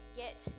get